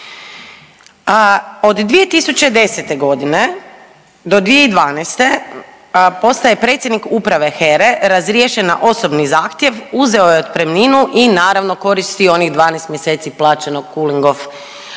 Od 2010. do 2012. postaje predsjednik uprave HERE razriješen na osobni zahtjev, uzeo je otpremninu i naravno koristio onih 12 mjeseci plaćenog …/Govornica